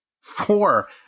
Four